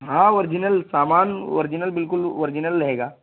ہاں اوریجنل سامان اوریجنل بالکل اوریجنل رہے گا